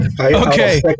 Okay